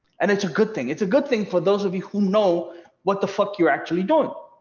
and it's a good thing, it's a good thing for those of you who know what the fuck you're actually doing.